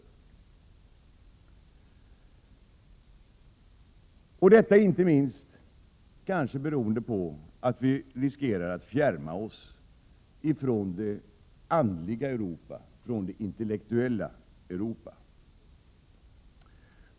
Detta beror kanske inte minst på att Sverige riskerar att fjärma sig från det andliga Europa, från det intellektuella Europa.